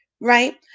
right